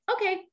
okay